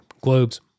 globes